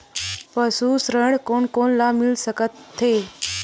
पशु ऋण कोन कोन ल मिल सकथे?